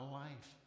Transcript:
life